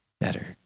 better